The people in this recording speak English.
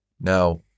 Now